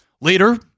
Later